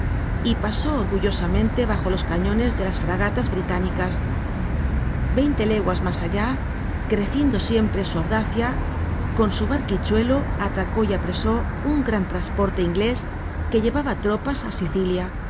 y pasó orgullosamente bajo los cañones de las fragatas británicas veinte leguas mas allá creciendo siempre su audacia con su barquichuelo atacó y apresó un gran trasporte inglés que llevaba tropas á sicilia